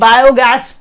Biogas